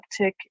uptick